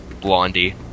Blondie